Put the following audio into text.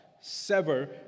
sever